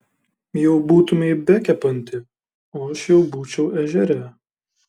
jau būtumei bekepanti o aš jau būčiau ežere